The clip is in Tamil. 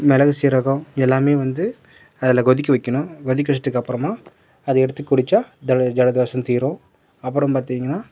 மிளகு சீரகம் எல்லாமே வந்து அதில் கொதிக்க வைக்கணும் கொதிக்க வைச்சதுக்கு அப்புறமா அதை எடுத்து குடித்தா தலை ஜலதோஷம் தீரும் அப்புறம் பார்த்திங்கன்னா